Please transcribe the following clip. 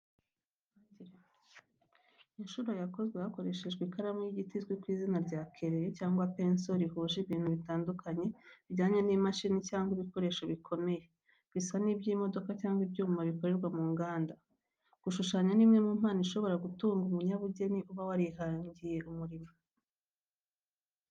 Ishusho yakozwe hakoreshejwe ikaramu y’igiti izwi ku izina rya kereyo cyangwa penso rihuje ibintu bitandukanye bijyanye n’imashini cyangwa ibikoresho bikomeye, bisa n’iby’imodoka cyangwa ibyuma bikorerwa mu nganda. Gushushanya ni imwe mu mpano ishobora gutunga umunyabugeni uba warihangiye umurimo.